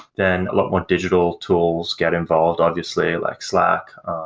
then a lot more digital tools get involved obviously, like slack,